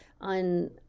On